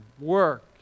work